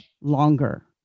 longer